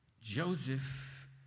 Joseph